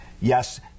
yes